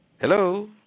Hello